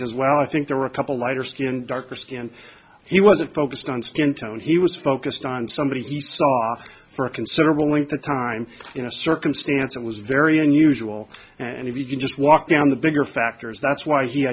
says well i think there were a couple lighter skinned darker skin and he wasn't focused on skin tone he was focused on somebody he saw for a considerable length of time in a circumstance that was very unusual and if you can just walk down the bigger factors that's why he